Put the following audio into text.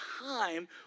time